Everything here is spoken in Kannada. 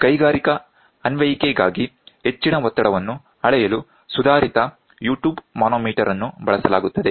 ಕೈಗಾರಿಕಾ ಅನ್ವಯಿಕೆಗಾಗಿ ಹೆಚ್ಚಿನ ಒತ್ತಡವನ್ನು ಅಳೆಯಲು ಸುಧಾರಿತ U ಟ್ಯೂಬ್ ಮಾನೋಮೀಟರ್ ಅನ್ನು ಬಳಸಲಾಗುತ್ತದೆ